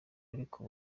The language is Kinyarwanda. ariko